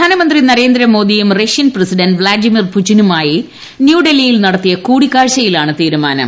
പ്രധാനമന്ത്രി നരേന്ദ്രമോദിയും Russian president Vladimir പുടിനുമായി ന്യൂഡൽഹിയിൽ നടത്തിയ കൂടിക്കാഴ്ചയിലാണ് തീരുമാനം